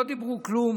לא דיברו כלום